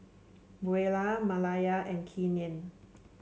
Buelah Malaya and Keenen